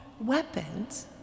Weapons